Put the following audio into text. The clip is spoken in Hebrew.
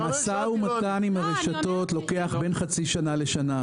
משא ומתן עם הרשתות לוקח בין חצי שנה לשנה,